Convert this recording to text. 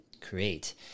create